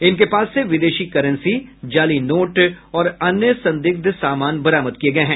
इनके पास से विदेशी करेंसी जाली नोट और अन्य संदिग्ध सामान बरामद किये गये हैं